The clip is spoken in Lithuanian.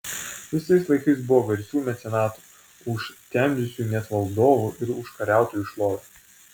visais laikais buvo garsių mecenatų užtemdžiusių net valdovų ir užkariautojų šlovę